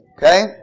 Okay